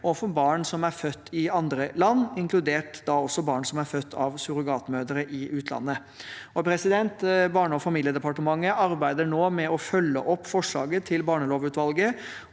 og for barn som er født i andre land, inkludert barn som er født av surrogatmødre i utlandet. Barne- og familiedepartementet arbeider nå med å følge opp forslaget til barnelovutvalget